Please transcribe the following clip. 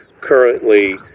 currently